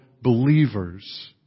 believers